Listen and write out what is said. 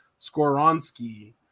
Skoronsky